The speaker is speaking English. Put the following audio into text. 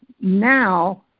now